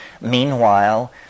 Meanwhile